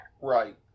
Right